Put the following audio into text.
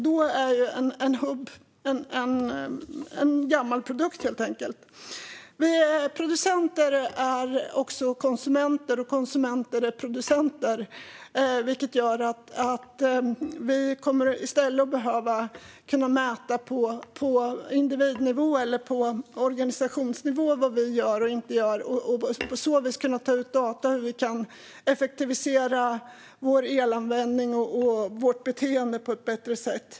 Då är en hubb en gammal produkt, helt enkelt. Producenter är också konsumenter, och konsumenter är producenter, vilket gör att vi kommer att behöva kunna mäta på individnivå eller på organisationsnivå vad vi gör och inte gör och på så vis kunna ta ut data gällande hur vi kan effektivisera vår elanvändning och vårt beteende på ett bättre sätt.